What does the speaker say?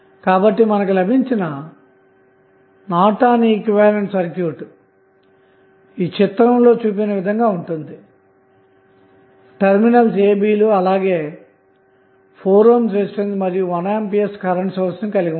కాబట్టి మనకు లభించిన నార్టన్ ఈక్వివలెంట్ సర్క్యూట్ చిత్రంలో చూపిన విధంగా ఉంటుంది టెర్మినల్స్ a b అలాగే 4 ohm రెసిస్టెన్స్ మరియు 1 A కరెంటు సోర్స్ కలిగి ఉంటాయి